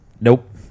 Nope